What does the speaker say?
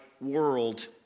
world